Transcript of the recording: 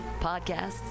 podcasts